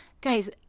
Guys